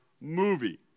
movie